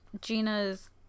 Gina's